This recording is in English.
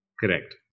Correct